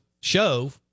show